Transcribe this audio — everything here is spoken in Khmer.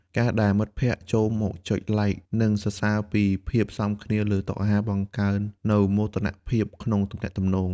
ការដែលមិត្តភក្ដិចូលមកចុច Like និងសរសើរពីភាពសមគ្នាលើតុអាហារ បង្កើននូវមោទនភាពក្នុងទំនាក់ទំនង។